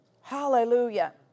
Hallelujah